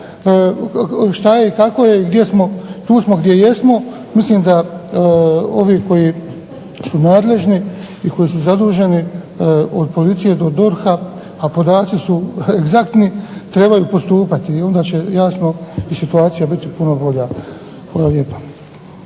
što je i kako je i tu smo gdje jesmo. Mislim da ovi koji su nadležni i zaduženi od policije do DORH-a a podaci su egzaktni trebaju postupati onda će situacija biti puno bolja.